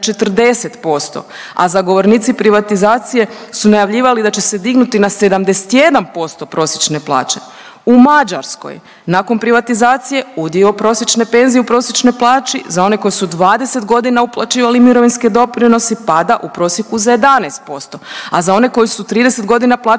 a zagovornici privatizacije su najavljivali da će se dignuti na 71% prosječne plaće. U Mađarskoj nakon privatizacije udio prosječne penzije u prosječnoj plaći za one koji su 20.g. uplaćivali mirovinske doprinose pada u prosjeku za 11%, a za one koji su 30.g. plaćali